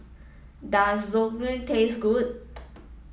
does taste good